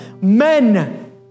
Men